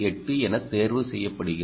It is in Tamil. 8 என தேர்வு செய்யப்படுகிறது